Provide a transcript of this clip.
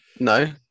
No